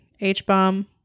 H-Bomb